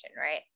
Right